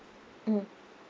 mmhmm